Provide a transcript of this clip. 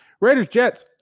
Raiders-Jets